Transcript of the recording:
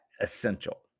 essential